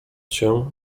się